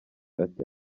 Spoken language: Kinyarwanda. ati